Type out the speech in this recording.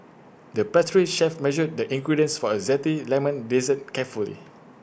the pastry chef measured the ingredients for A Zesty Lemon Dessert carefully